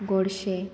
गोडशें